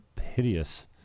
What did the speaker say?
hideous